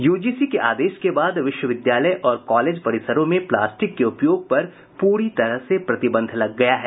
UGC के आदेश के बाद विश्वविद्यालय और कॉलेज परिसरों में प्लास्टिक के उपयोग पर पूरी तरह से प्रतिबंध लग गया है